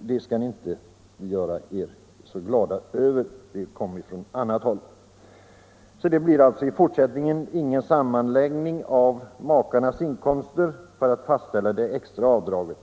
Det skall ni inte göra er så glada över. Det förslaget kom från annat håll. I fortsättningen blir det alltså ingen sammanläggning av makarnas inkomster för att fastställa det extra avdraget.